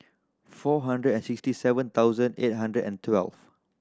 four hundred and sixty seven thousand eight hundred and twelve